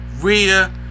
Rhea